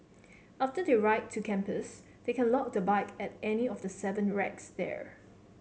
after they ride to campus they can lock the bike at any of the seven racks there